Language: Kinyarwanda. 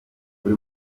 buri